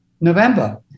November